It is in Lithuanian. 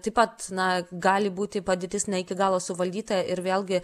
taip pat na gali būti padėtis ne iki galo suvaldyta ir vėlgi